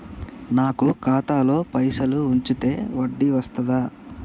నాకు ఖాతాలో పైసలు ఉంచితే వడ్డీ వస్తదా?